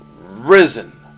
Risen